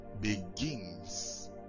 begins